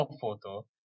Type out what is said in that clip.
photo